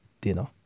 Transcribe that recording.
dinner